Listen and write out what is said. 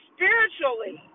spiritually